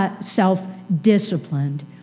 self-disciplined